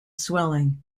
swelling